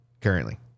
currently